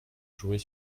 jouer